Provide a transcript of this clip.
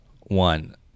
one